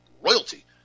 royalty